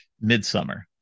Midsummer